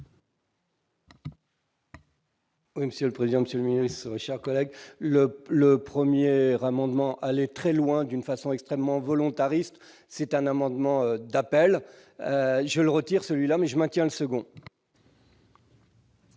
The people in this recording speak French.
Monsieur le Président Monsieur chacun avec le plus le 1er rang amendement aller très loin, d'une façon extrêmement volontariste, c'est un amendement d'appel je le retire celui-là mais je maintiens le second.